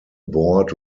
board